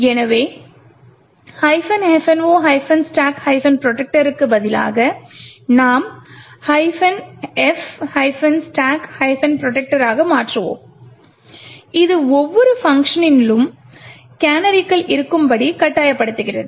எனவே fno stack protector க்கு பதிலாக இதை நாம் f stack protector ஆக மாற்றுவோம் இது ஒவ்வொரு பங்க்ஷனிலும் கேனரிகள் இருக்கும்படி கட்டாயப்படுத்துகிறது